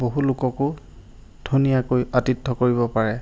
বহু লোককো ধুনীয়াকৈ আতিথ্য কৰিব পাৰে